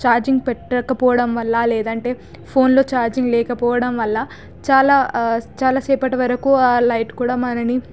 charging పెట్టకపోవడం వల్ల లేదంటే ఫోన్లో ఛార్జింగ్ లేకపోవడం వల్ల చాలా చాలా సేపటి వరకు ఆ లైట్ కూడా మనని